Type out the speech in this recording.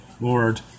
Lord